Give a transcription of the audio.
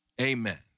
amen